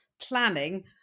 planning